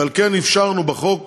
ועל כן אפשרנו בחוק